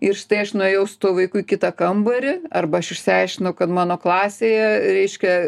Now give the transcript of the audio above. ir štai aš nuėjau su tuo vaiku į kitą kambarį arba aš išsiaiškinau kad mano klasėje reiškia